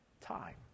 time